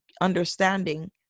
understanding